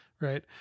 Right